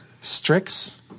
Strix